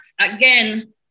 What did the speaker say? again